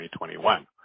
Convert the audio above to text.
2021